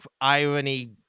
irony